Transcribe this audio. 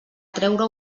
treure